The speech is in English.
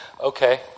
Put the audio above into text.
okay